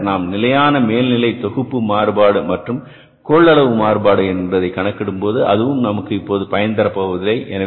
பின்னர் நாம் நிலையான மேல்நிலை தொகுப்பு மாறுபாடு மற்றும் கொள்ளளவு மாறுபாடு என்பதை கணக்கிடும்போது அதுவும் நமக்கு இப்போது பயன் தரப்போவதில்லை